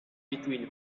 between